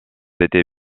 été